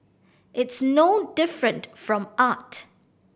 it's no different from art